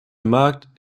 markt